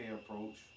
approach